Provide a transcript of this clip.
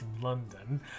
london